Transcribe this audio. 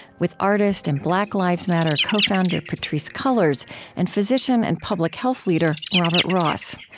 with artist and black lives matter co-founder patrisse cullors and physician and public health leader robert ross.